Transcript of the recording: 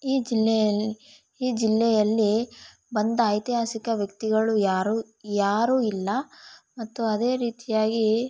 ಈ ಜಿಲ್ಲೆಯಲ್ಲಿ ಈ ಜಿಲ್ಲೆಯಲ್ಲಿ ಬಂದ ಐತಿಹಾಸಿಕ ವ್ಯಕ್ತಿಗಳು ಯಾರು ಯಾರು ಇಲ್ಲ ಮತ್ತು ಅದೇ ರೀತಿಯಾಗಿ